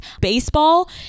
baseball